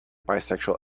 bisexual